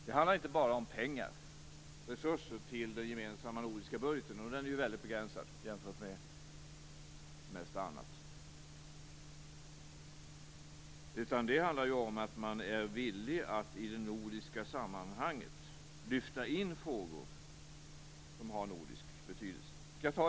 Det handlar inte bara om pengar och resurser till den gemensamma nordiska budgeten - den är ju mycket begränsad jämfört med mycket annat - utan det handlar om att man är villig att i det nordiska sammanhanget lyfta in frågor som har nordisk betydelse.